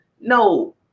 No